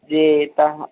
जी त